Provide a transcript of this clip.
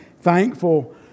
thankful